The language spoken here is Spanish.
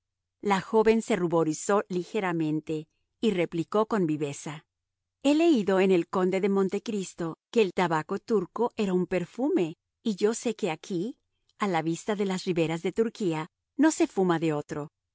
la joven se ruborizó ligeramente y replicó con viveza he leído en el conde de montecristo que el tabaco turco era un perfume y yo sé que aquí a la vista de las riberas de turquía no se fuma de otro